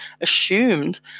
assumed